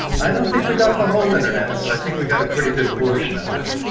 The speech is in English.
i don't think we got the whole internet but i think we got a pretty good portion of it.